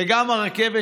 וגם הרכבת